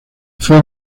fue